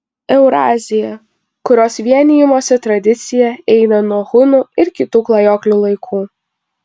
eurazija kurios vienijimosi tradicija eina nuo hunų ir kitų klajoklių laikų